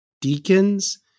deacons